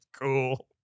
Cool